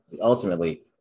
ultimately